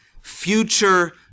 future